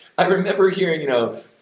i remember hearing, you know,